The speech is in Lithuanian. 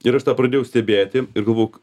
ir aš tą pradėjau stebėti ir galvojau